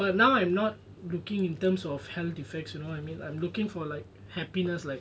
but now I'm not looking in terms of health effects you know what I mean I'm looking for like happiness like